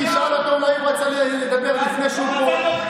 תשאל אותו, אולי הוא רצה לדבר לפני שהוא פורש.